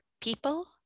people